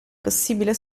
possibile